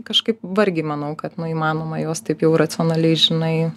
kažkaip vargiai manau kad nu įmanoma juos taip jau racionaliai žinai